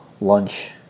lunch